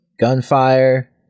gunfire